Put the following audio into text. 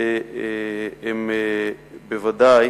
ובוודאי